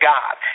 God